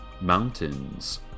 mountains